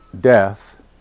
death